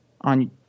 on